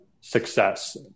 success